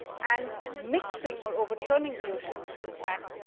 and mixing or overturning the oceans is, in fact,